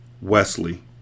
Wesley